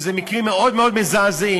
שאלה מקרים מאוד מאוד מזעזעים,